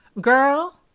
Girl